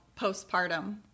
postpartum